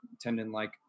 tendon-like